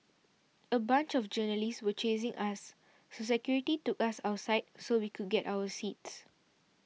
a bunch of journalists were chasing us so security took us outside so we could get our seats